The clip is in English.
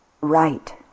right